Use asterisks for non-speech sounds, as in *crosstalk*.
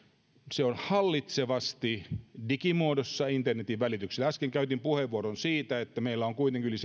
se on hallitsevasti digimuodossa internetin välityksellä äsken käytin puheenvuoron siitä että meillä on yli *unintelligible*